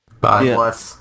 Bye